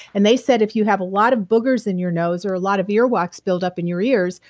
and they said if you have a lot of boogers in your nose or a lot of ear wax build up in your ears,